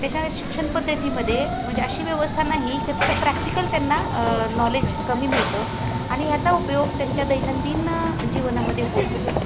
त्याच्या शिक्षण पद्धतीमध्ये म्हणजे अशी व्यवस्था नाही की त्याचं प्रॅक्टिकल त्यांना नॉलेज कमी मिळतं आणि याचा उपयोग त्यांच्या दैनंदिन जीवनामध्ये होत नाही